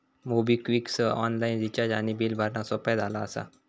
MobiKwik सह online recharge आणि bill भरणा सोपा झाला असा